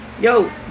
yo